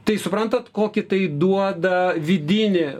tai suprantat kokį tai duoda vidinį